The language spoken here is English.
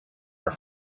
are